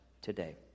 today